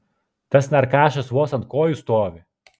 tas narkašas vos ant kojų stovi